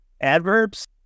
adverbs